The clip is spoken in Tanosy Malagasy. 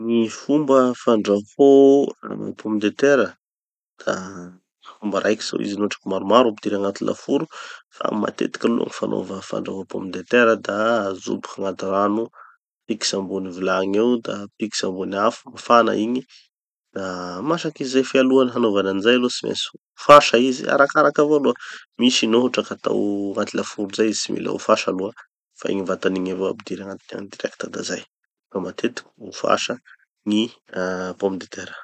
Gny fomba fandraho-ana pomme de terre da miraikitry ao izy no hotriky maromaro ampidiry agnaty laforo, fa matetiky aloha fanova fandrahoa pomme de terre da ajoboky agnaty rano, atikitsy ambony vilagny eo da atikitsy ambony afo, mafana igny da masaky izy zay fe alohany hanaovanan'izay aloha tsy maintsy ofasa izy fe arakaraky avao aloha. Misy no hotraky atao agnaty laforo zay izy tsy mila ofasa aloha fa igny vatany igny avao ampidirin'agnatiny agny direct da zay. Fa matetiky ofasa gny pomme de terre.